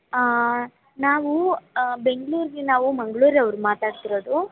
ನಾವು ಬೆಂಗ್ಳೂರಿಗೆ ನಾವು ಮಂಗಳೂರು ಅವರು ಮಾತಾಡ್ತಿರೋದು